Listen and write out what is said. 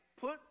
Put